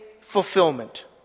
fulfillment